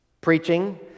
preaching